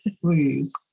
Please